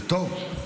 זה טוב.